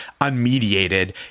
unmediated